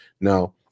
Now